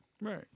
Right